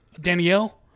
Danielle